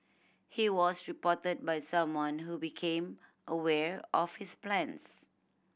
he was reported by someone who became aware of his plans